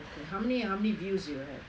okay how many how many views you had